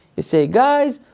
you say, guys,